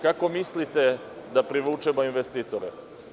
Kako mislite da privučemo investitore?